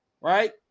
right